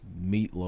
meatloaf